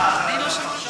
אה, אז אתה פרשן.